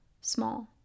small